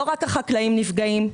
לא רק החקלאים נפגעים.